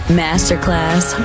masterclass